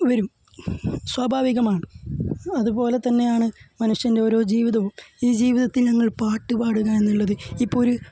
വരും സ്വാഭാവികമാണ് അതുപോലെ തന്നെയാണ് മനുഷ്യന്റെ ഓരോ ജീവിതവും ഈ ജീവിതത്തില് നിങ്ങള് പാട്ട് പാടുക എന്നുള്ളത് ഇപ്പം ഒരു